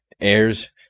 airs